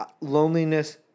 loneliness